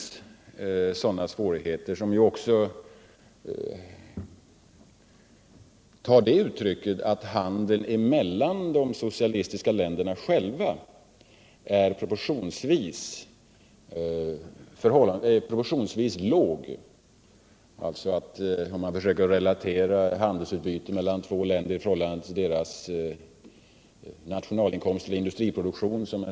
Svårigheterna kan också ta sig det uttrycket att handeln mellan de socialistiska länderna själva är proportionsvis låg. Om man försöker relatera handelsutbytet mellan två länder i förhållande till deras nationalinkomster och industriproduktion, som C.-H.